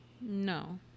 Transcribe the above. no